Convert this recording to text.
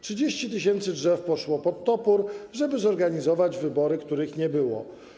30 tys. drzew poszło pod topór, żeby zorganizować wybory, których nie było.